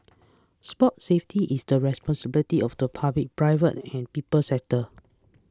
sports safety is the responsibility of the public private and people sectors